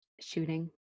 Shooting